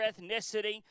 ethnicity